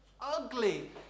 ugly